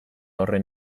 horren